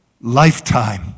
Lifetime